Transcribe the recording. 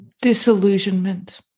Disillusionment